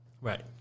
right